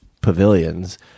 Pavilions